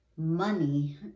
money